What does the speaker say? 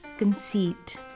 conceit